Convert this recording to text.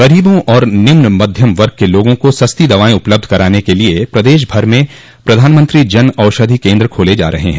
गरीबों और निम्न मध्यम वर्ग के लोगों को सस्ती दवाएं उपलब्ध कराने के लिए प्रदेश भर में प्रधानमंत्री जन औषधि केन्द्र खोले जा रहे हैं